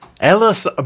Ellis